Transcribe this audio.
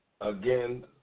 Again